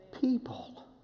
people